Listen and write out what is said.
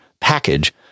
package